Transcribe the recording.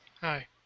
Hi